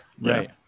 Right